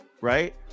right